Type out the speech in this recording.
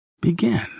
begin